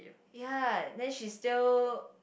ya then she still